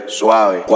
suave